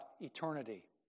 eternity